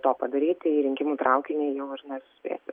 to padaryti į rinkimų traukinį jau nesuspėsi